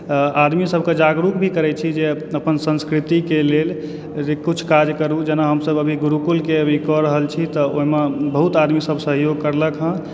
आ आदमी सभक जागरूक भी करै छी जे अपन संस्कृतिके लेल जे कुछ काज करू जेना हमसभ अभी गुरूकुलके लेल कऽ रहल छी तऽ ओहिमे बहुत आदमी सभ सहयोग करलकहँ